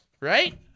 right